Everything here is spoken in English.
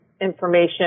information